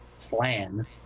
plan